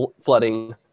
flooding